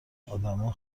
ادما